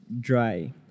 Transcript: dry